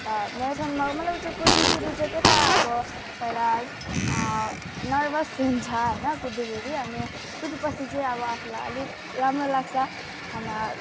अन्त म्याराथनमा मतलब कुद्दाखेरि चाहिँ के त अब पहिला नर्भस हुन्छ होइन कुद्दाखेरि अनि कुदेपछि चाहिँ अब आफूलाई अलिक राम्रो लाग्छ होइन